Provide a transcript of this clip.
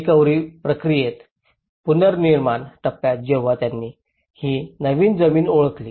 recovery प्रक्रियेत पुनर्निर्माण टप्प्यात जेव्हा त्यांनी ही नवीन जमीन ओळखली